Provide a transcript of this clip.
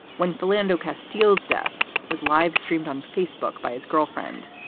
when philander castillo's death was live streamed on facebook by his girlfriend,